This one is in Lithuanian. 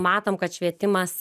matom kad švietimas